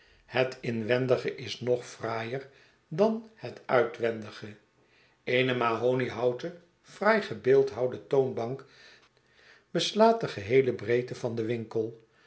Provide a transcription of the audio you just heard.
het inwendige is nog fraaier dan het uitwendige eene mahoniehouten fraai gebeeldhouwde toonbank beslaat de geheele breedte van den winkel